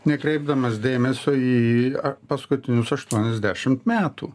nekreipdamas dėmesio į paskutinius aštuoniasdešimt metų